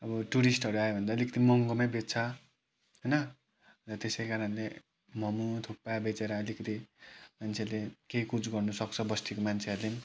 अब टुरिस्टहरू आयो भने त अलिकति महँगोमै बेच्छ होइन त्यसैकारणले मोमो थुक्पा बेचेर अलिकति मान्छेले केही कुछ गर्नु सक्छ बस्तीको मान्छेहरूले पनि